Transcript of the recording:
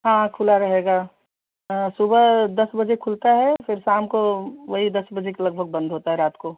हाँ खुला रहेगा सुबह दस बजे खुलता है फिर शाम को वही दस बजे के लगभग बंद होता है रात को